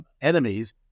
enemies